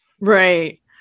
Right